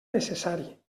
necessari